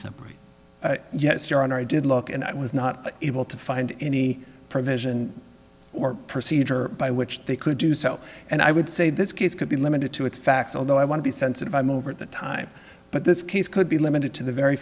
separate yes your honor i did look and i was not able to find any provision or procedure by which they could do so and i would say this case could be limited to its facts although i want to be sensitive i'm over at the time but this case could be limited to the very